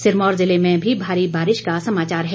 सिरमौर जिले में भी भारी बारिश का समाचार है